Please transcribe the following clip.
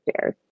stairs